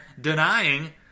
denying